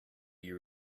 you